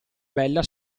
bella